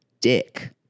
dick